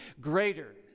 greater